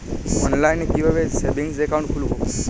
অনলাইনে কিভাবে savings account খুলবো?